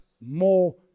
more